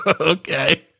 Okay